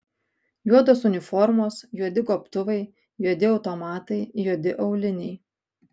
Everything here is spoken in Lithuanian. juodos uniformos juodi gobtuvai juodi automatai juodi auliniai